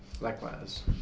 likewise